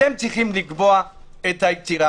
אתם צריכים לקבוע את היצירה.